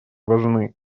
важны